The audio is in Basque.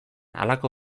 halako